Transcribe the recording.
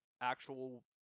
actual